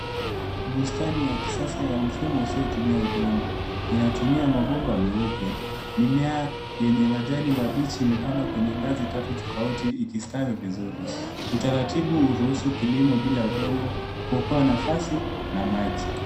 Bustani ya kisasa ya mfumo usiotumia udongo. Inatumia mabomba meupe. Mimea yenye majani mabichi imepandwa kwenye ngazi tatu tofauti ikistawi vizuri. Utaratibu huruhusu kilimo bila udongo, kuokoa nafasi na maji.